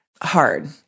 hard